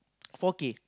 four-K